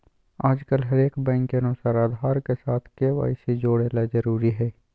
आजकल हरेक बैंक के अनुसार आधार के साथ के.वाई.सी जोड़े ल जरूरी हय